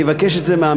אני אבקש את זה מהממ"מ,